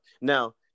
Now